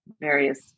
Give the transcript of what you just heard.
various